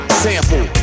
sample